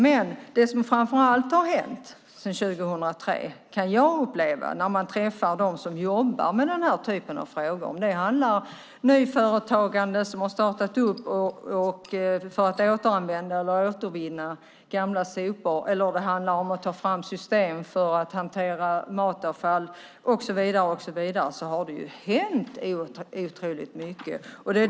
Men det är framför allt när jag träffar dem som jobbar med den här typen av frågor som jag märker att mycket har hänt sedan 2003. Det kan handla om nystartad verksamhet för att återanvända eller återvinna gamla sopor eller om att ta fram system för att hantera matavfall. Här har det hänt otroligt mycket.